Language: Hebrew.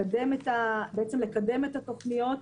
בעצם לקדם את התוכניות,